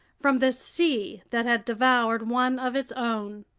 from this sea that had devoured one of its own!